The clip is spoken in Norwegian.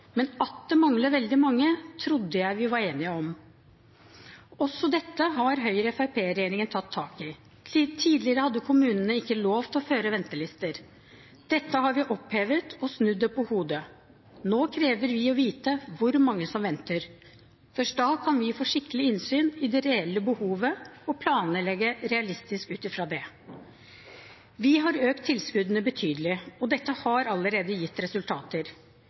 men at det mangler veldig mange, trodde jeg vi var enige om. Også dette har Høyre–Fremskrittsparti-regjeringen tatt tak i. Tidligere hadde kommunene ikke lov til å føre ventelister. Dette har vi opphevet og snudd på hodet. Nå krever vi å vite hvor mange som venter. Først da kan vi få skikkelig innsyn i det reelle behovet og planlegge realistisk ut fra det. Vi har økt tilskuddene betydelig, og dette har allerede gitt resultater.